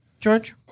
George